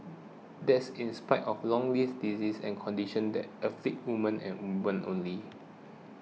that's in spite of long list diseases and conditions that afflict women and women only